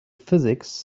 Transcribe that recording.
physics